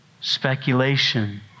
speculation